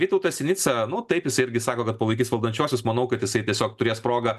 vytautas sinica nu taip jis irgi sako kad palaikys valdančiuosius manau kad jisai tiesiog turės progą